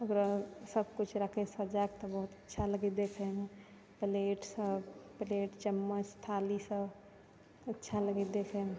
एकरामे सबकुछ राखै सजाकऽ ताहि लऽ कऽ जे कहलहुँ करौछ चम्मच थारीसब अच्छा लगैए देखैमे